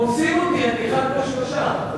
רומסים אותי, אני אחד מול שלושה.